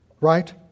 right